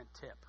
tip